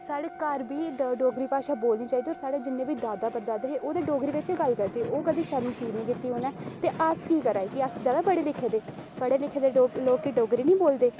साढ़े घर बी एह् डोगरी बोलनी चाहिदी ते साढ़े जिन्ने बी दादा परदादा ओह् ते डोगरी बिच्च गै गल्ल करदे हे ओह् कदें शर्म फील नी कीती उ'नें ते अस की करा दे कि अस ज्यादा पढ़े लिखे दे पढ़े लिखे दे लोग केह् डोगरी नेईं बोलदे